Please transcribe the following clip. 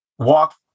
walk